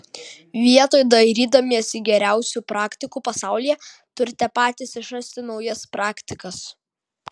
vietoj dairydamiesi geriausių praktikų pasaulyje turite patys išrasti naujas praktikas